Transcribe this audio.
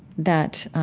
that